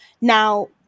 Now